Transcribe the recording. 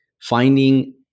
finding